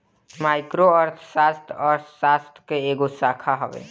micro अर्थशास्त्र, अर्थशास्त्र के एगो शाखा हवे